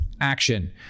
action